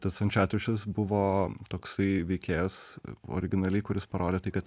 tas ančiatriušis buvo toksai veikėjas originaliai kuris parodė tai kad